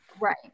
Right